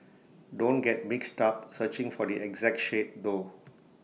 don't get mixed up searching for the exact shade though